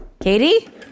Katie